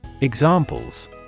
Examples